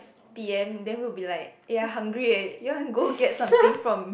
p_m then we'll be like eh I hungry eh you want go get something from